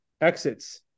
exits